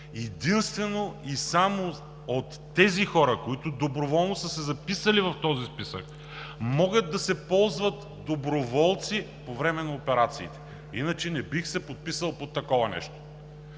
Единствено и само от тези хора, които доброволно са се записали в този списък, могат да се ползват доброволци по време на операциите, иначе не бих се подписал под такова нещо.